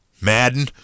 Madden